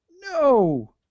No